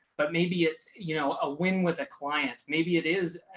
but maybe it's, you know, a win with a client. maybe it is,